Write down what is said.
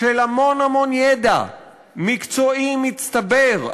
של המון המון ידע מקצועי מצטבר.